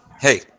hey